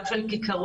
גם של כיכרות,